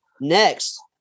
Next